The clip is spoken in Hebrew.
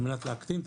על מנת להקטין,